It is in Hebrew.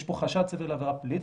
יש פה חשד סביר לעבירה פלילית.